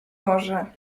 może